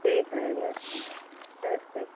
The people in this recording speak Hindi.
ठीक है नमस नमस्ते